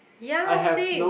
ya same